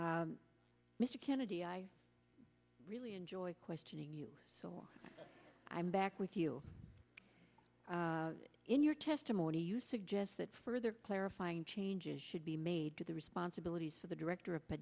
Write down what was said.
mr kennedy i really enjoyed questioning you so i'm back with you in your testimony you suggest that further clarifying changes should be made to the responsibilities for the director of